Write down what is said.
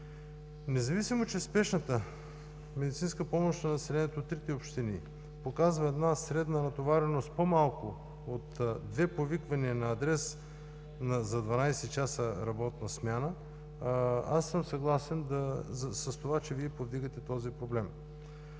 Независимо, че Спешната медицинска помощ на населението в трите общини показва една средна натовареност – по-малко от две повиквания на адрес за 12 часа работна смяна, аз съм съгласен с това, че Вие повдигате този проблем.